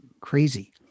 crazy